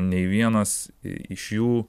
nei vienas iš jų